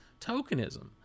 tokenism